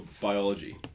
biology